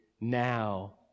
now